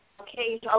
Okay